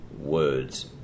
words